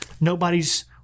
nobody's